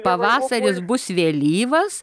pavasaris bus vėlyvas